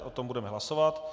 O tom budeme hlasovat.